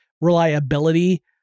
reliability